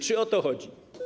Czy o to chodzi?